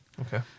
Okay